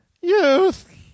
youth